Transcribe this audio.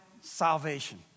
salvation